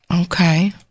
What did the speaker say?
okay